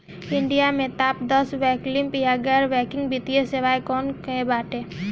India में top दस वैकल्पिक या गैर बैंकिंग वित्तीय सेवाएं कौन कोन बाटे?